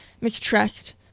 mistrust